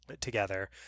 together